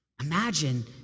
Imagine